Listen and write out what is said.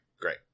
great